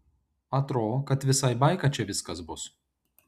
atro kad visai baika čia viskas bus